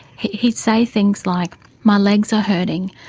he'd say things like my legs are hurting,